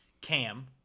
Cam